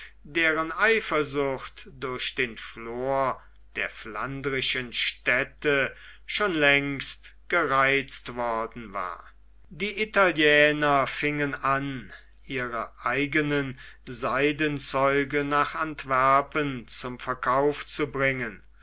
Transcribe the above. deren eifersucht durch den flor der flandrischen städte schon längst gereizt worden war die italiener fingen an ihre eigenen seidenzeuge nach antwerpen zum verkauf zu bringen